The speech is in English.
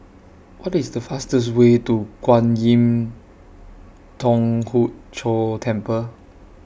What IS The fastest Way to Kwan Im Thong Hood Cho Temple